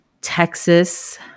texas